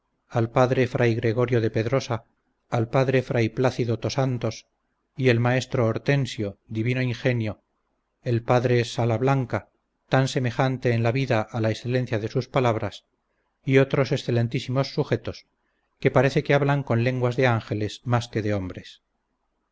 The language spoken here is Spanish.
al padre fray gregorio de pedrosa al padre fray plácido tosantos y el maestro hortensio divino ingenio el padre salablanca tan semejante en la vida a la excelencia de sus palabras y otros excelentísimos sujetos que parece que hablan con lenguas de ángeles más que de hombres